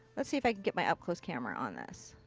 let's see if i can get my up close camera on this.